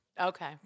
Okay